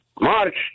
March